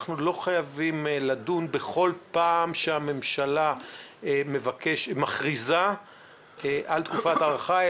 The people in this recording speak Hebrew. אנחנו לא חייבים לדון בכל פעם שהממשלה מכריזה על תקופת ההארכה,